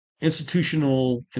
institutional